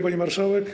Pani Marszałek!